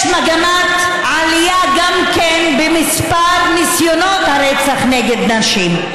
יש מגמת עלייה גם במספר ניסיונות הרצח נגד נשים.